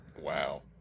Wow